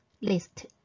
list